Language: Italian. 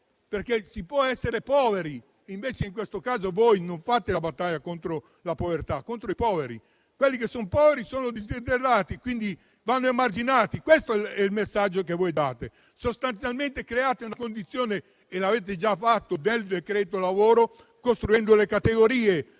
diritto. Si può essere poveri - ma in questo caso voi non fate la battaglia contro la povertà, ma contro i poveri - e quelli che lo sono, sono indesiderati e quindi vanno emarginati. Questo è il messaggio che voi date; sostanzialmente create una condizione - e lo avete già fatto con il decreto lavoro - costruendo varie categorie